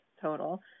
total